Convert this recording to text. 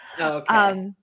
Okay